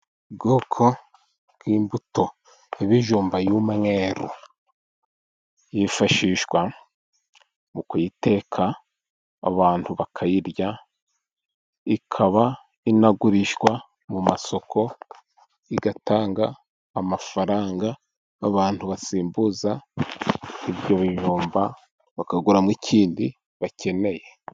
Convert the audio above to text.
Ubwoko bw'imbuto y'ibijumba y'umweru. Yifashishwa mu kuyiteka abantu bakayirya, ikaba inagurishwa mu masoko igatanga amafaranga, abantu basimbuza ibyo bijumba bakaguramo ikindi bakeneye.